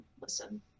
listen